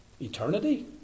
Eternity